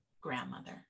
grandmother